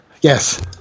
Yes